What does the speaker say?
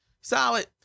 solid